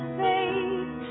faith